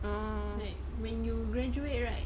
like when you graduate right